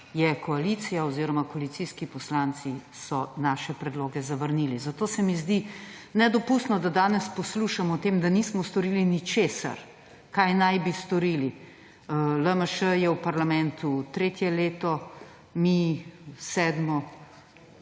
koalicija oziroma koalicijski poslanci so naše predloge zavrnili. Zato se mi zdi nedopustno, da danes poslušamo o tem, da nismo storili ničesar. Kaj naj bi storili? LMŠ je v parlamentu tretje leto, mi sedmo.